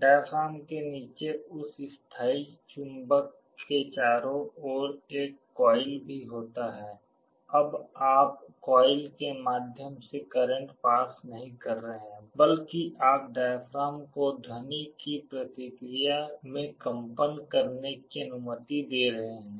diaphragm के नीचे उस स्थायी चुंबक के चारों ओर एक कॉइल भी होता है अब आप कॉइल के माध्यम से करंट पास नहीं कर रहे हैं बल्कि आप डायफ्राम को ध्वनि की प्रतिक्रिया में कंपन करने की अनुमति दे रहे हैं